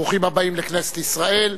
ברוכים הבאים לכנסת ישראל.